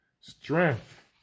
strength